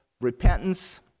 repentance